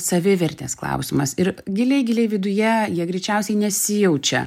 savivertės klausimas ir giliai giliai viduje jie greičiausiai nesijaučia